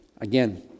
Again